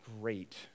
great